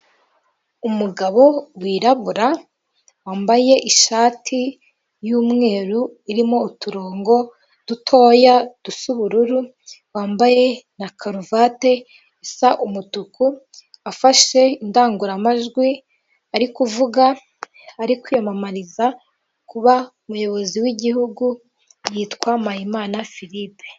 Umugabo wirabura, wambaye ishati y'umweru, irimo uturongo dutoya dusa ubururu, wambaye na karuvati isa umutuku, afashe indangururamajwi ari kuvuga, ari kwiyamamariza kuba umuyobozi w'igihugu, yitwa Mpayimana Filipe.